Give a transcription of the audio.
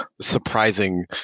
surprising